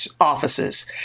offices